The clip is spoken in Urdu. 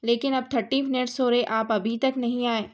لیکن اب تھرٹی منٹس ہو رہے آپ ابھی تک نہیں آئے